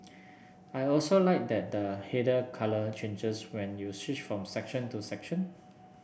I also like that the header colour changes when you switch from section to section